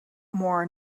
more